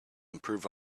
improve